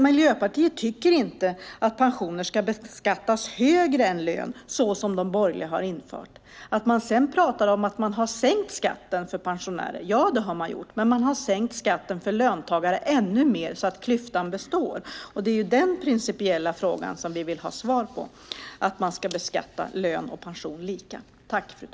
Miljöpartiet tycker inte att pension ska beskattas högre än lön så som de borgerliga ju har infört. Man säger att man har sänkt skatten för pensionärer. Ja, det har man gjort. Men man har sänkt skatten för löntagare ännu mer så klyftan består. Det är den principiella frågan om beskattning av lön och pension lika som vi vill ha ett svar på.